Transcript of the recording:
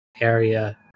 area